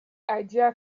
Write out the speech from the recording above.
idea